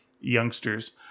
youngsters